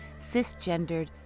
cisgendered